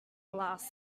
last